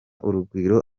urugwiro